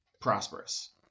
prosperous